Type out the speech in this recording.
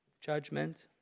judgment